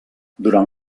durant